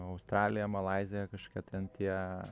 australija malaizija kažkokie ten tie